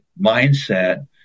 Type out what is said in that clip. mindset